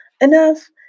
Enough